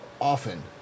often